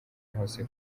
hose